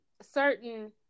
certain